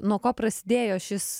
nuo ko prasidėjo šis